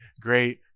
great